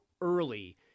early